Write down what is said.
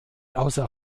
außer